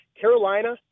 Carolina